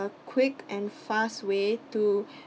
uh quick and fast way to